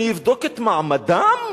אני אבדוק את מעמדם?